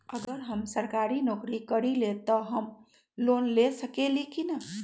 अगर हम सरकारी नौकरी करईले त हम लोन ले सकेली की न?